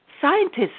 Scientists